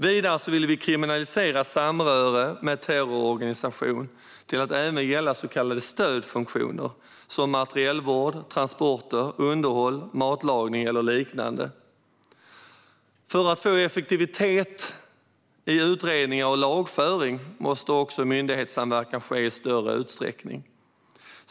Vidare vill vi kriminalisera samröre med terrororganisation till att även gälla så kallade stödfunktioner som materielvård, transporter, underhåll, matlagning eller liknande. För att få effektivitet i utredningar och lagföring måste också myndighetssamverkan ske i större utsträckning.